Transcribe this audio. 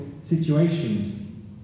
situations